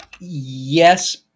yes